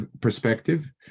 perspective